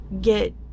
get